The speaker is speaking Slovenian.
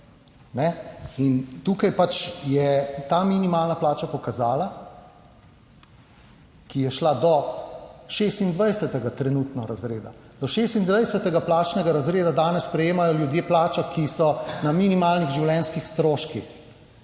tukaj pač je ta minimalna plača pokazala, ki je šla do 26. trenutno razreda. Do 26. plačnega razreda danes prejemajo ljudje plačo, ki so na minimalnih življenjskih stroških.